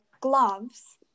gloves